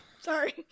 Sorry